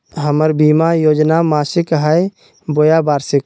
हमर बीमा योजना मासिक हई बोया वार्षिक?